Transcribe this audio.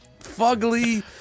Fugly